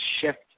shift